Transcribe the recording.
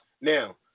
Now